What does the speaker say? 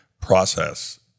process